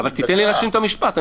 אבל תן לי להשלים את המשפט.